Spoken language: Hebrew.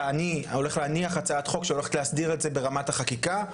אני הולך להניח הצעת חוק שהולכת להסדיר את זה ברמת החקיקה,